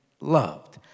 loved